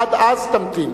עד אז תמתין.